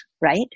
right